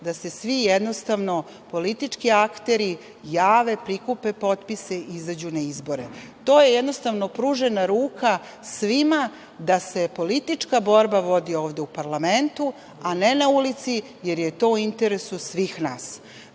da se svi politički akteri jave, prikupe potpise i izađu na izbore. To je pružena ruka svima da se politička borba vodi ovde u parlamentu, a ne na ulici, jer je to u interesu svih